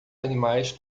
animais